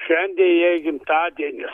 šaindie jai gimtadienis